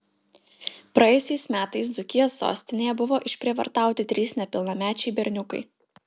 praėjusiais metais dzūkijos sostinėje buvo išprievartauti trys nepilnamečiai berniukai